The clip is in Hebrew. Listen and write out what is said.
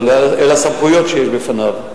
אבל אלה הסמכויות שיש בפניו.